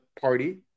party